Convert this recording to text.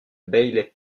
bailey